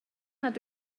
nad